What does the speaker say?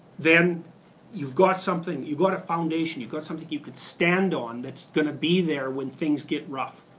then you've got something. you've got a foundation. you've got something you can stand on that's gonna be there when things get rough.